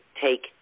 take